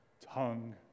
tongue